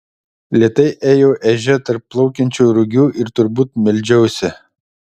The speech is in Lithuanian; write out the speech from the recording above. lėtai ėjau ežia tarp plaukiančių rugių ir turbūt meldžiausi